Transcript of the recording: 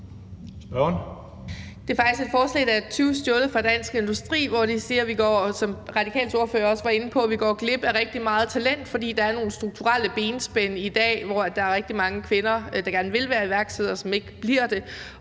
Det er faktisk et forslag, der er tyvstjålet fra Dansk Industri, hvor de siger, at vi – som Radikales ordfører også var inde på – går glip af rigtig meget talent, fordi der er nogle strukturelle benspænd i dag, hvor der er rigtig mange kvinder, der gerne vil være iværksættere, som ikke bliver det.